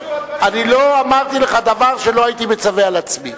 אני לא אמרתי לך דבר שלא הייתי מצווה על עצמי.